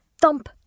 thump